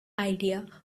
idea